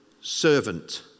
servant